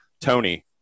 Tony